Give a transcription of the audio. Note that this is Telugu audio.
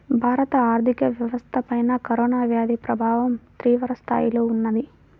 భారత ఆర్థిక వ్యవస్థపైన కరోనా వ్యాధి ప్రభావం తీవ్రస్థాయిలో ఉన్నది